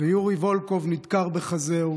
יורי וולקוב נדקר בחזהו,